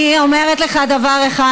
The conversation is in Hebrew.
אני אומרת לך דבר אחד: